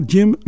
Jim